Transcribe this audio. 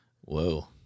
Whoa